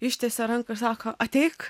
ištiesė ranką ir sako ateik